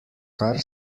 kar